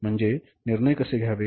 म्हणजे निर्णय कसे घ्यावेत